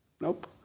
Nope